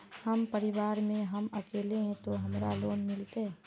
हम परिवार में हम अकेले है ते हमरा लोन मिलते?